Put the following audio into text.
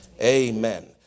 Amen